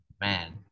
Man